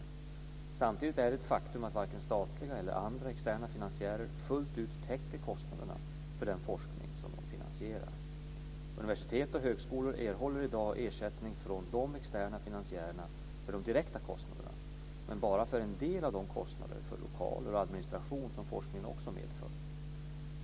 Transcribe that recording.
Samtidigt är det ett faktum att varken statliga eller andra externa finansiärer fullt ut täcker kostnaderna för den forskning som de finansierar. Universitet och högskolor erhåller i dag ersättning från de externa finansiärerna för de direkta kostnaderna, men bara för en del av de kostnader för lokaler och administration som forskningen också medför.